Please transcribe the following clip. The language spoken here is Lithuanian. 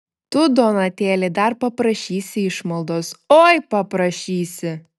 tu donatėli dar paprašysi išmaldos oi paprašysi